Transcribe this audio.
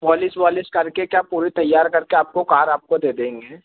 polish वॉलिस करके क्या पूरी तैयार करके आपको कार आपको दे देंगे